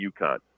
UConn